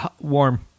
warm